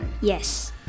Yes